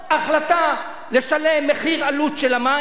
החלטה לשלם מחיר עלות של המים,